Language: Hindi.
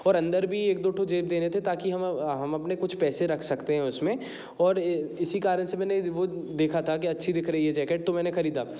और अंदर भी एक दो ठो जेब दे देते ताकि हम हम अपने पैसे रख सकते कुछ उसमें और इसी कारण से मैंने वो देखा था अच्छी दिख रही है जैकेट तो मैंने खरीदा